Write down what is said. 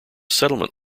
settlement